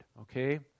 Okay